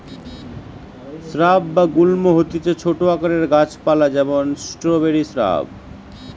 shrub বা গুল্ম হতিছে ছোট আকারের গাছ পালা যেমন স্ট্রওবেরি শ্রাব